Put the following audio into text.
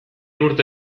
urte